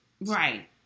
Right